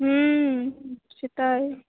হুম সেটাই